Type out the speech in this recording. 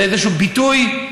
זה איזשהו ביטוי,